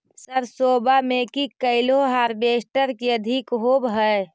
सरसोबा मे की कैलो हारबेसटर की अधिक होब है?